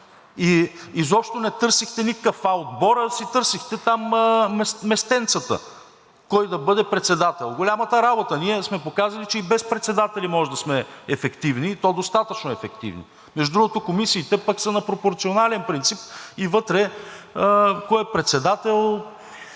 И изобщо не търсехте никакъв „А“ отбор, а си търсехте там местенцата кой да бъде председател… Голямата работа! Ние сме показали, че и без председатели може да сме ефективни, и то достатъчно ефективни. Между другото, комисиите пък са на пропорционален принцип и вътре кой е председател